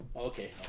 Okay